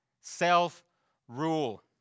self-rule